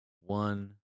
one